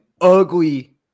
ugly